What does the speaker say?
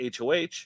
HOH